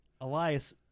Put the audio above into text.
Elias